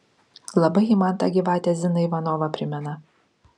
labai ji man tą gyvatę ziną ivanovą primena